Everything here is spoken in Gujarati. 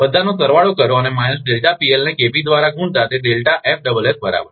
બધાનો સરવાળો કરો અનેને દ્વારા ગુણતા તે બરાબર છે